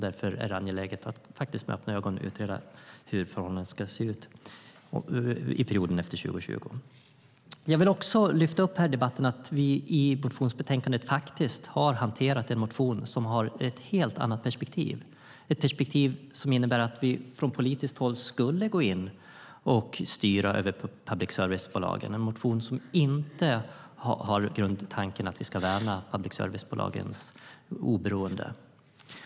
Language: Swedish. Därför är det angeläget att med öppna ögon utreda hur förhållandet ska se ut under perioden efter 2020. Jag vill också i debatten lyfta fram att vi i motionsbetänkandet faktiskt har hanterat en motion som har ett helt annat perspektiv - ett perspektiv som innebär att vi från politiskt håll skulle gå in och styra över public service-bolagen. Det är en motion som inte har grundtanken att vi ska värna public service-bolagens oberoende.